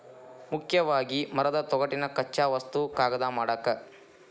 ಮುಖ್ಯವಾಗಿ ಮರದ ತೊಗಟಿನ ಕಚ್ಚಾ ವಸ್ತು ಕಾಗದಾ ಮಾಡಾಕ